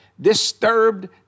disturbed